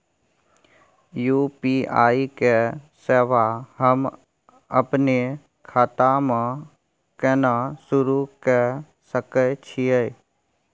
UPI के सेवा हम अपने खाता म केना सुरू के सके छियै?